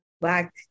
Black